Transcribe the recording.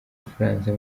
bufaransa